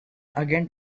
again